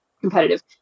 competitive